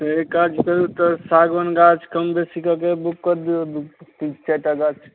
तऽ एक काज करू तऽ सागवान गाछ कम बेसी कऽके बुक कऽ दियौ अभी तीन चारि टा गाछ